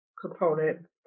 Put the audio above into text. component